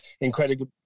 incredible